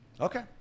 Okay